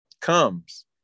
comes